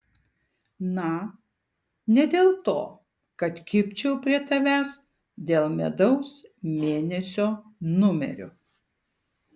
na ne dėl to kad kibčiau prie tavęs dėl medaus mėnesio numerių